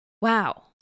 wow